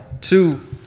two